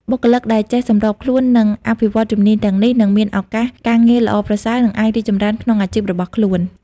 បុគ្គលិកដែលចេះសម្របខ្លួន និងអភិវឌ្ឍជំនាញទាំងនេះ នឹងមានឱកាសការងារល្អប្រសើរ និងអាចរីកចម្រើនក្នុងអាជីពរបស់ខ្លួន។